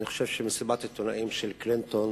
אני חושב שמסיבת העיתונאים של קלינטון